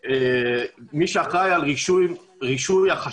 למי שאחראי על רישוי החשמל,